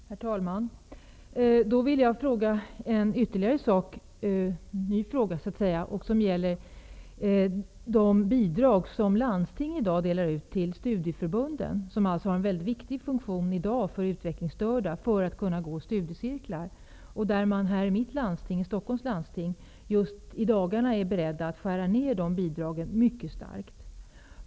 Herr talman! Då vill jag ställa ytterligare en fråga som gäller de bidrag som landstingen i dag delar ut till studieförbunden. Dessa bidrag har en väldigt viktig funktion för att de utvecklingsstörda skall kunna delta i studiecirklar. I Stockholms läns landsting är man i dagarna beredd att skära ned dessa bidrag mycket starkt.